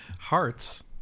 Hearts